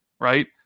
right